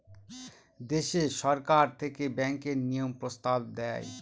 দেশে সরকার থেকে ব্যাঙ্কের নিয়ম প্রস্তাব দেয়